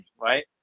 right